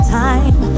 time